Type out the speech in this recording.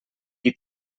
qui